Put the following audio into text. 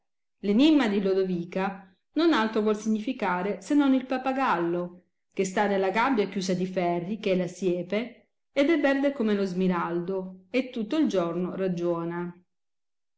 enimma di lodovica altro non vuol significare se non il papagallo che sta nella gabbia chiusa di ferri che è la siepe ed è verde come lo smiraldo e tutto il giorno ragiona